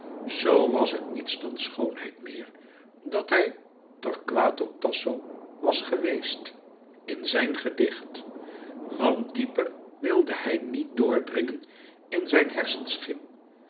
zoo was het niets dan schoonheid meer dat hij torquato tasso was geweest in zijn gedicht want dieper wilde hij niet doordringen in zijn hersenschim